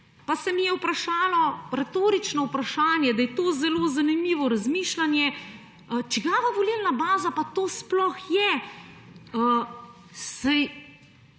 Pa se mi je postavilo retorično vprašanje, da je to zelo zanimivo razmišljanje. Čigava volilna baza pa to sploh je?